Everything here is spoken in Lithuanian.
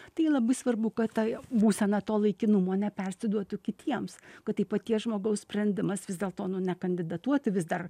tai labai svarbu kad ta būsena to laikinumo nepersiduotų kitiems kad tai paties žmogaus sprendimas vis dėlto nu nekandidatuoti vis dar